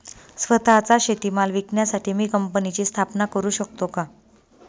स्वत:चा शेतीमाल विकण्यासाठी मी कंपनीची स्थापना करु शकतो का?